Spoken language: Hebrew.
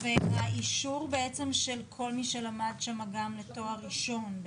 האישור של כל מי שלמד שם גם לתואר ראשון בעצם,